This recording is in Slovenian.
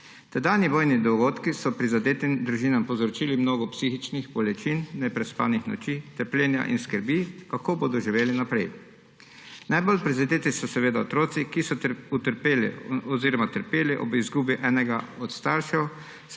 Tedanji vojni dogodki so prizadetim družinam povzročili mnogo psihičnih bolečin, neprespanih noči, trpljenja in skrbi, kako bodo živeli naprej. Najbolj prizadeti so otroci, ki so trpeli ob izgubi enega od staršev,